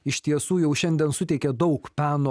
iš tiesų jau šiandien suteikia daug peno